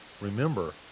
Remember